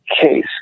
case